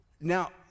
now